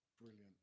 Brilliant